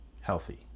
healthy